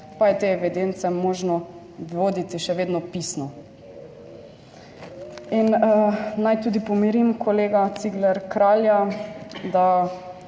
pa je te evidence možno voditi še vedno pisno. In naj tudi pomirim kolega Cigler Kralja, da